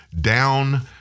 down